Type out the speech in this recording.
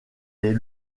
les